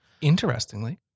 interestingly